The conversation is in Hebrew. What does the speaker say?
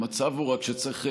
המצב הוא רק שצריך,